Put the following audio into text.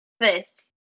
First